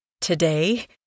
today